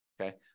Okay